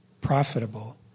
profitable